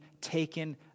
taken